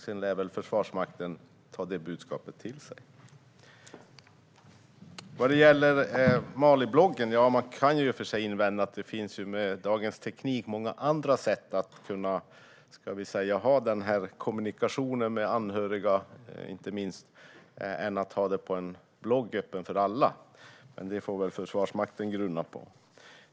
Sedan lär väl Försvarsmakten ta budskapet till sig. Vad gäller Malibloggen kan man i och för sig invända att det med dagens teknik finns många andra sätt att kommunicera med anhöriga än på en blogg som är öppen för alla. Men det får väl Försvarsmakten grunna på.